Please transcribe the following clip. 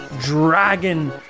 Dragon